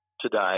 today